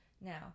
now